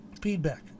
feedback